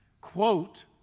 quote